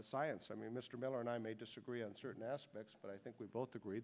science i mean mr miller and i may disagree on certain aspects but i think we both agree